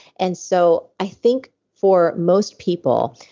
and so i think for most people,